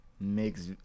Makes